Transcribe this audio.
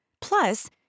Plus